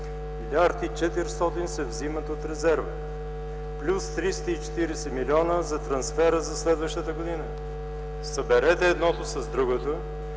Милиард и 400 се взимат от резерва плюс 340 милиона за трансфера за следващата година – съберете едното с другото,